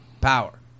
power